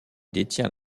détient